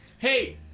hey